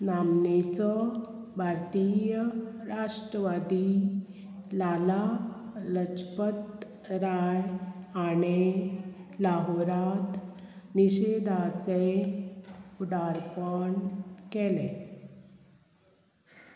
नामनेचो भारतीय राष्ट्रवादी लाला लचपत राय हाणें लाहोरांत निशेदाचे फुडारपण केलें